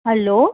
hello